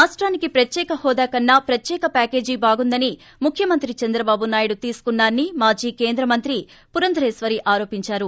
రాష్టానికి ప్రత్యేక హోదా కన్నా ప్రత్యేక ప్యాకేజి బాగుందని ముఖ్యమంత్రి చంద్రబాబు నాయుడు తీసుకున్నా రని మాజీ కేంద్ర మంత్రి పురందరేశ్వరి ఆరోపిందారు